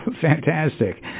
Fantastic